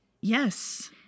Yes